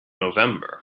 november